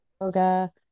yoga